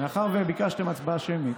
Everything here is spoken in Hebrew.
מאחר שביקשתם הצבעה שמית,